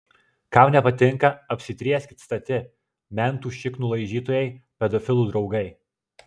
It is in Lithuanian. kam nepatinka apsitrieskit stati mentų šiknų laižytojai pedofilų draugai